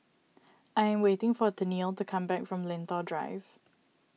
I am waiting for Tennille to come back from Lentor Drive